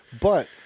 but-